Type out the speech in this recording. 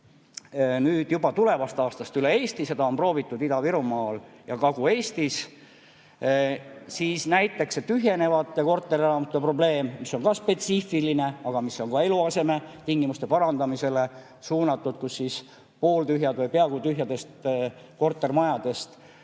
meedet juba tulevast aastast üle Eesti. Seda on proovitud Ida-Virumaal ja Kagu-Eestis. Ning näiteks tühjenevate korterelamute probleem, mis on ka spetsiifiline. Eluasemetingimuste parandamisele suunatud meede on, et pooltühjadest või peaaegu tühjadest kortermajadest